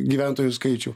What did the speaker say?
gyventojų skaičių